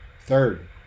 third